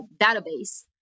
database